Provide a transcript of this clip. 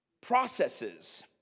processes